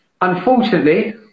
Unfortunately